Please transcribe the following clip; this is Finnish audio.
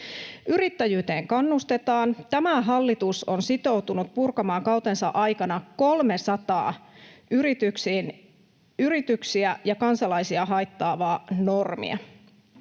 Yrittäjyyteen kannustetaan. Tämä hallitus on sitoutunut purkamaan kautensa aikana 300 yrityksiä ja kansalaisia haittaavaa normia.